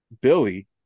Billy